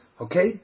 Okay